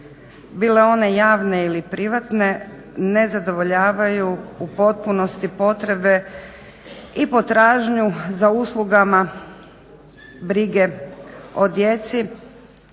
bile one javne ili privatne ne zadovoljavaju u potpunosti potrebe i potražnju za uslugama brige o djeci